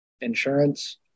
Insurance